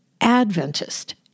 Adventist